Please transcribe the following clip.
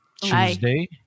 Tuesday